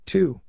Two